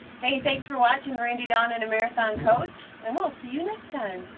hey, thanks for watching randy, dawn and a marathon coach, and we'll see you next time.